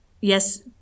yes